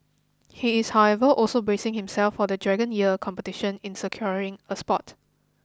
he is however also bracing himself for the Dragon Year Competition in securing a spot